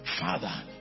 father